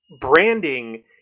branding